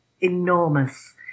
enormous